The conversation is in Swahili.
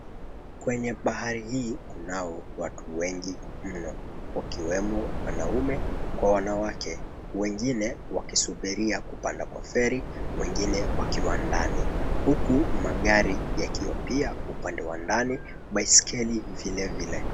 Kwenye bahari hii kunao watu wengi mno, wakiwemo wanaume kwa wanawake. Wengine wakisubiria kupanda kwa feri, wengine wakiwa ndani. Huku magari yakiwa pia upande wa ndani, baiskeli vilevile.